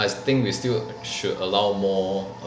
I think we still should allow more